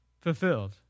Fulfilled